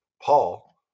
Paul